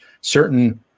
certain